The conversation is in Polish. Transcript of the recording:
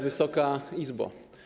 Wysoka Izbo!